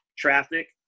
traffic